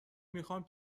میخام